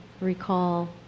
recall